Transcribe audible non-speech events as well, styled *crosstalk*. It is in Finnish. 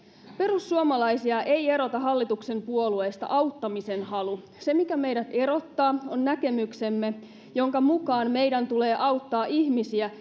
perussuomalaisia ei erota hallituksen puolueista auttamisen halu se mikä meidät erottaa on näkemyksemme jonka mukaan meidän tulee auttaa ihmisiä *unintelligible*